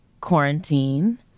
quarantine